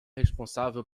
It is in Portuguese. responsável